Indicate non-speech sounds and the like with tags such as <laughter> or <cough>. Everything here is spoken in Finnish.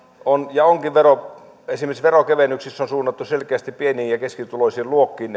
on ja onkin esimerkiksi veronkevennyksissä ne kevennykset suunnattu selkeästi pieni ja keskituloisiin luokkiin <unintelligible>